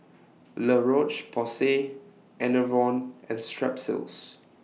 La Roche Porsay Enervon and Strepsils